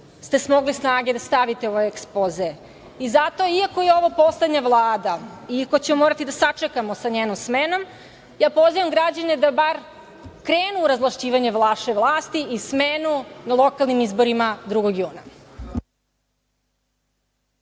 ste smogli snage da stavite u ekspoze. Zato, iako je ovo poslednja vlada, iako ćemo morati da sačekamo sa njenom smenom, ja pozivam građane da bar krenu u razvlašćivanje vaše vlasti i smenu na lokalnim izborima 2. juna.